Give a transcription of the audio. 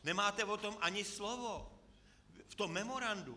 Nemáte o tom ani slovo v tom memorandu.